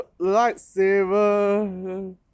lightsaber